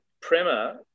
Prema